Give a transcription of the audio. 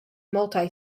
multi